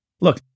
Look